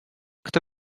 kto